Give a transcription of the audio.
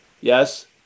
Yes